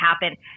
happen